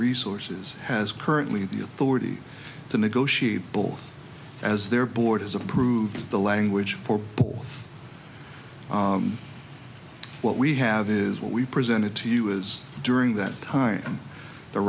resources has currently the authority to negotiate both as their board has approved the language for both what we have is what we presented to you as during that time the